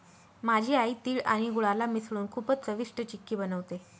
माझी आई तिळ आणि गुळाला मिसळून खूपच चविष्ट चिक्की बनवते